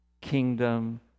kingdom